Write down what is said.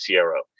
CRO